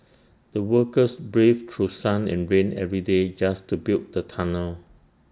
the workers braved through sun and rain every day just to build the tunnel